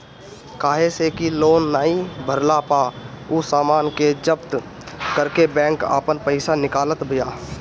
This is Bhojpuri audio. काहे से कि लोन नाइ भरला पअ उ सामान के जब्त करके बैंक आपन पईसा निकालत बिया